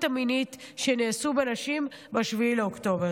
המינית שנעשו בנשים ב-7 באוקטובר.